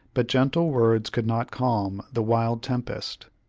but gentle words could not calm the wild tempest.